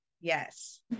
yes